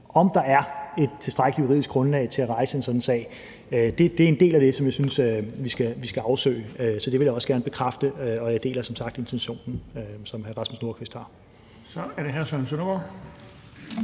der er et tilstrækkeligt juridisk grundlag til at rejse en sådan sag. Det er en del af det, som jeg synes vi skal afsøge, så det vil jeg også gerne bekræfte, og jeg deler som sagt intentionen, som hr. Rasmus Nordqvist har. Kl. 17:19 Den fg.